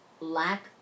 Lack